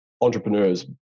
entrepreneurs